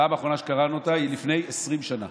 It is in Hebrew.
הפעם האחרונה שקראנו אותה הייתה לפני 20 שנה,